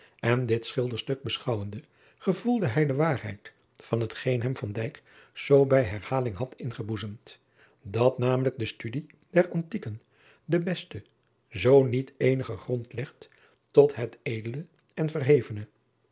en dit schilderstuk beschouwende gevoelde hij de waarheid van hetgeen hem zoo bij herhaling had ingeboezemd dat namelijk de studie der ntieken den besten zoo niet eenigen grond legt tot het edele en verhevene